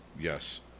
Yes